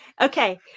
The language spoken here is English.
okay